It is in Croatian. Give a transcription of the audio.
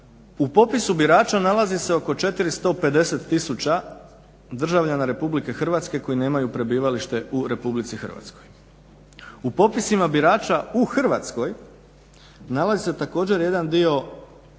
U popisu birača nalazi se oko 450 tisuća državljana RH koji nemaju prebivalište u RH. u popisima birača u Hrvatskoj nalazi se također jedan dio državljana